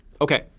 Okay